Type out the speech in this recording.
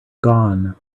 gone